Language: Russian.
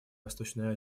восточной